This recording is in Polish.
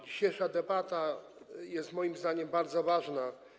Dzisiejsza debata jest moim zdaniem bardzo ważna.